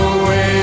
away